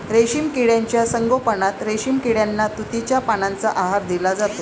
रेशीम किड्यांच्या संगोपनात रेशीम किड्यांना तुतीच्या पानांचा आहार दिला जातो